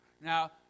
Now